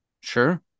Sure